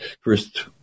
first